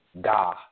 Da